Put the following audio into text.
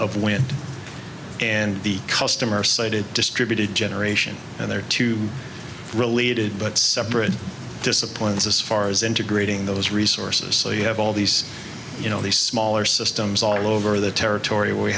of wind and the customer sited distributed generation and there are two related but separate disciplines as far as integrating those resources so you have all these you know these smaller systems all over the territory we